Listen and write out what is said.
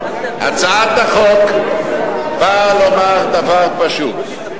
הצעת החוק באה לומר דבר פשוט: